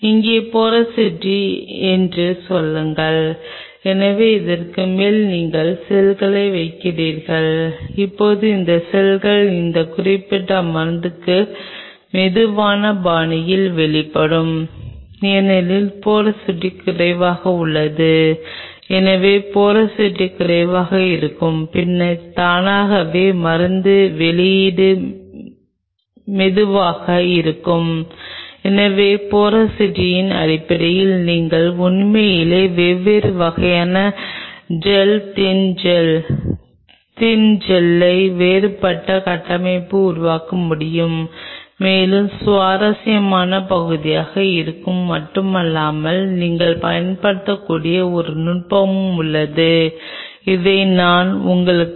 microfluidic சாதனங்கள் cell அடிப்படையிலான microfluidic சாதனங்களைப் பயன்படுத்துவது பற்றி நாங்கள் பேசிய செல் அடிப்படையிலான பயோசென்சர்களைப் பயன்படுத்துவதைப் பற்றி பேசும்போது இவை மேலும் மேலும் முக்கியத்துவம் பெறுகின்றன